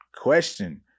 question